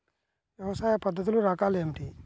వ్యవసాయ పద్ధతులు రకాలు ఏమిటి?